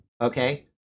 Okay